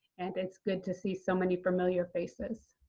and it's good to see so many familiar faces.